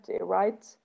right